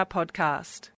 podcast